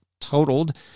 totaled